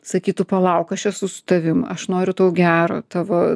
sakytų palauk aš esu su tavim aš noriu tau gero tavo